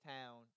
town